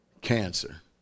cancer